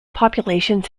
populations